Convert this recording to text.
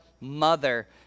mother